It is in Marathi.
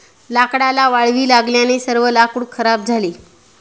लाकडाला वाळवी लागल्याने सर्व लाकूड खराब झाले